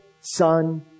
Son